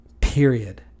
period